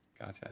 gotcha